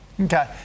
Okay